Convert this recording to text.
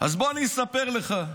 אז בוא, אני אספר לך.